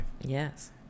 Yes